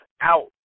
out